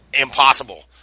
impossible